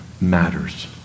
matters